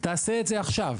תעשה את זה עכשיו,